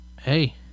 hey